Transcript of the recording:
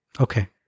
Okay